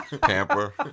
Pamper